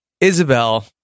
Isabel